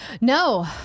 No